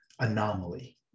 anomaly